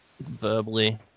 verbally